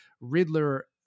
Riddler